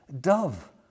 Dove